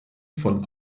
von